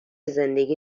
زندگی